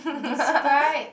describe